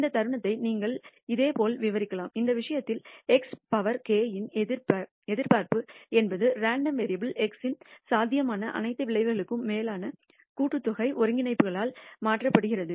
இந்த தருணத்தை நீங்கள் இதேபோல் விவரிக்கலாம் இந்த விஷயத்தில் x பவர் k இன் எதிர்பார்ப்பு என்பது ரேண்டம் வேரியபுல் x இன் சாத்தியமான அனைத்து விளைவுகளுக்கும் மேலாக கூட்டுத்தொகை ஒருங்கிணைப்புகளால் மாற்றப்படுகிறது